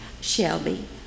Shelby